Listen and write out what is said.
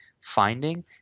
finding